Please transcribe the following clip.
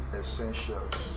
essentials